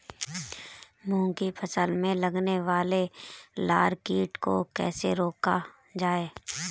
मूंग की फसल में लगने वाले लार कीट को कैसे रोका जाए?